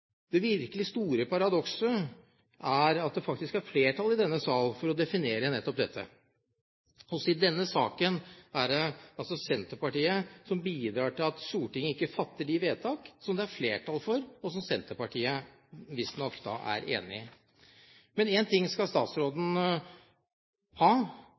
Det virkelig store paradokset er at det faktisk er flertall i denne sal for å definere nettopp dette. Også i denne saken er det altså Senterpartiet som bidrar til at Stortinget ikke fatter de vedtak som det er flertall for, og som Senterpartiet visstnok da er enig i. Men én ting skal statsråden ha,